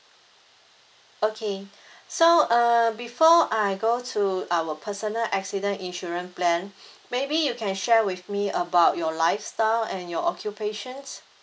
okay so uh before I go to our personal accident insurance plan maybe you can share with me about your lifestyle and your occupation